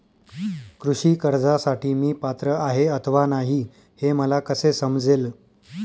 कृषी कर्जासाठी मी पात्र आहे अथवा नाही, हे मला कसे समजेल?